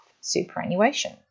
superannuation